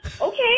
okay